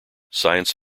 science